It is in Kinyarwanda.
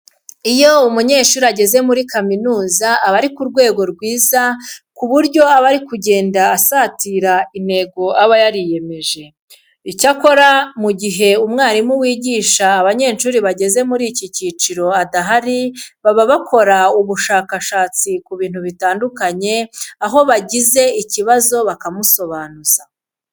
Iyo umunyeshuri ageze muri kaminuza, aba ari ku rwego rwiza ku buryo aba ari kugenda asatira intego aba yariyemeje. Icyakora mu gihe umwarimu wigisha abanyeshuri bageze muri iki cyiciro adahari, baba bakora ubushakashatsi ku bintu bitandukanye aho bagize ikibazo bakamusobanuza.